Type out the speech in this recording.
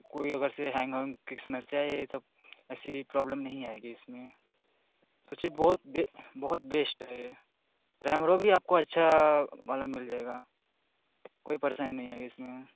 कोई अगर से हैंग वैंग की समस्या आई तो ऐसी प्रॉब्लम नहीं आएगी इसमें सोचिए बहु बे बहुत बेश्ट है रैम रोम भी आपको वाला मिल जाएगा कोई परेशानी नहीं आएगी इसमें